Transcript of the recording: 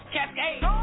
Cascade